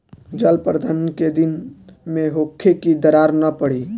जल प्रबंधन केय दिन में होखे कि दरार न पड़ी?